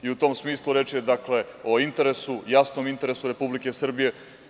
U tom smislu, reč je o interesu, jasnom interesu Republike Srbije.